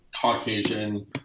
Caucasian